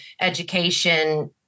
education